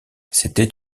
c’était